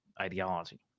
ideology